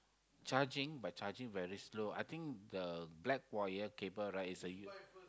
charging but charging very slow I think the black wire cable right it's a